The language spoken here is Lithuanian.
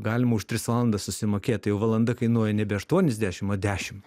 galima už tris valandas susimokėt tai jau valanda kainuoja nebe aštuoniasdešim dešim